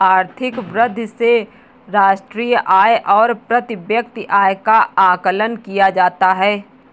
आर्थिक वृद्धि से राष्ट्रीय आय और प्रति व्यक्ति आय का आकलन किया जाता है